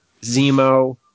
zemo